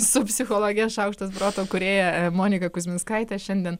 su psichologe šaukštas proto kūrėja monika kuzminskaite šiandien